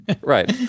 Right